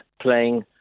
playing